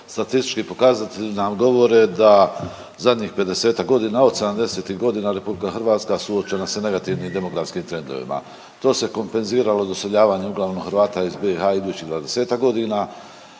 statistički pokazatelji nam govore da zadnjih 50-tak godina, od '70.-tih godina RH suočena sa negativnim demografskim trendovima. To se kompenziralo doseljavanjem uglavnom Hrvata iz BiH idućih 20-tak godina.